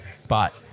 Spot